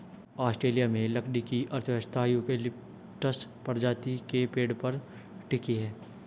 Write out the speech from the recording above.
Australia में लकड़ी की अर्थव्यवस्था यूकेलिप्टस प्रजाति के पेड़ पर टिकी है